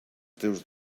teus